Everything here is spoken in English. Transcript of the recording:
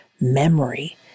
memory